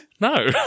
No